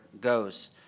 goes